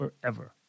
forever